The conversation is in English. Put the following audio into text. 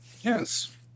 Yes